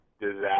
disaster